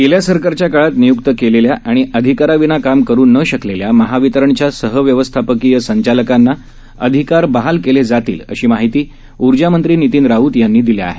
गेल्या सरकारच्या काळात नियुक्त केलेल्या आणि अधिकाराविना काम करू न शकलेल्या महावितरणच्या सहव्यवस्थापकीय संचालकांना अधिकार बहाल केले जातील अशी माहिती ऊर्जामंत्री नितीन राऊत यांनी दिली आहे